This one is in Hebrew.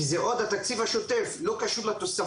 אני מדבר עוד על התקציב השוטף, לא קשור לתוספתי.